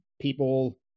people –